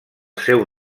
seu